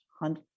hunt